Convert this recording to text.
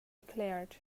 declared